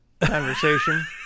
conversation